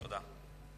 תודה.